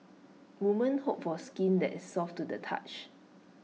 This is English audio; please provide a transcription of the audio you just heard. women hope for skin that is soft to the touch